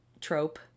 trope